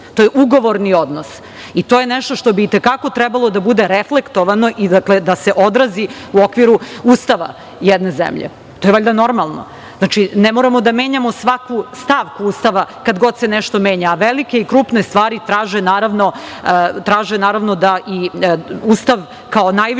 To je ugovorni odnos. To je nešto što bi i te kako trebalo da bude reflektovano i da se odrazi u okviru Ustava jedne zemlje. To je valjda normalno. Znači, ne moramo da menjamo svaku stavku Ustava kada god se nešto menja, a velike i krupne stvari traže naravno da i Ustav kao najviši